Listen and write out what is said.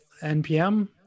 NPM